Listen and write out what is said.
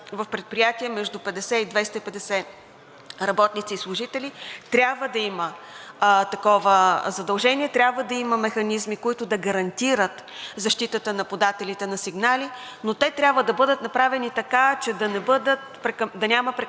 в предприятие между 50 и 250 работници и служители трябва да има такова задължение, трябва да има механизми, които да гарантират защитата на подателите на сигнали, но те трябва да бъдат направени така, че да няма прекомерна